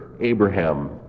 Abraham